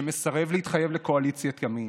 שמסרב להתחייב לקואליציית ימין.